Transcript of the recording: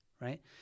right